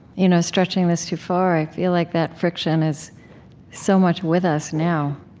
you know stretching this too far, i feel like that friction is so much with us now.